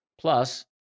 plus